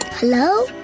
Hello